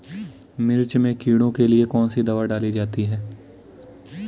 मिर्च में कीड़ों के लिए कौनसी दावा डाली जाती है?